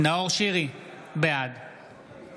בעד